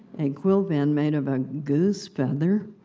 a quill pen made of a goose feather,